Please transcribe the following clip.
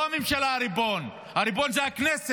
לא הממשלה היא הריבון, הריבון הוא הכנסת.